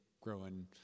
growing